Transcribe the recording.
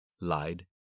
lied